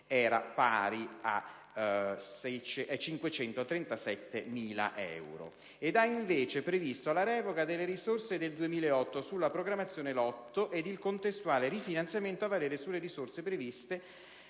essere pari a 537.000 euro) ed ha, invece, previsto la revoca delle risorse del 2008 sulla programmazione Lotto ed il contestuale rifinanziamento a valere sulle risorse previste